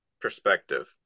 perspective